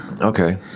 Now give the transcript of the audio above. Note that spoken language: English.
Okay